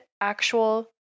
actual